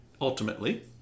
ultimately